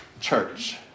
church